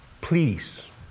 Please